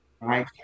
Right